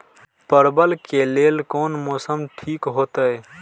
परवल के लेल कोन मौसम ठीक होते?